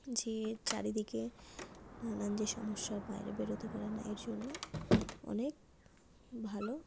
যে চারিদিকে নানান যে সমস্যা বাইরে বেরোতে পারে না এর জন্য অনেক ভালো